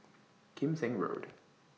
Kim Seng Road